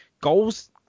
goals